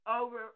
over